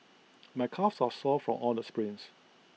my calves are sore from all the sprints